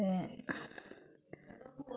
ते